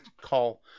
call